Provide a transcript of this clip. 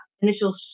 initial